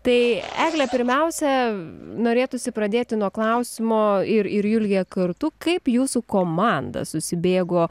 tai egle pirmiausia norėtųsi pradėti nuo klausimo ir ir julija kartu kaip jūsų komanda susibėgo